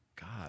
God